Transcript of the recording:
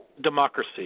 democracy